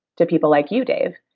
to people like you, dave,